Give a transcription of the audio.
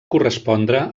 correspondre